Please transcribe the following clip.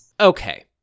okay